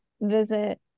visit